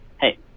hey